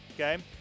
Okay